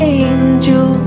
angel